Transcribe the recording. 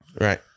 right